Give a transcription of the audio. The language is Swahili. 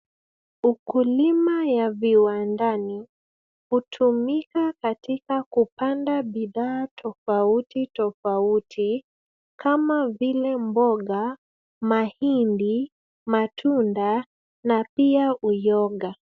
Ukulima ya viwandani hutumika katika kupanda bidhaa tofauti tofauti kama vile mboga, mahindi, matunda na pia uyoga.